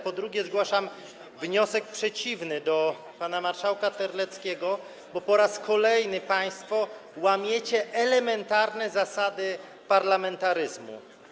Po drugie, zgłaszam wniosek przeciwny do wniosku pana marszałka Terleckiego, bo po raz kolejny państwo łamiecie elementarne zasady parlamentaryzmu.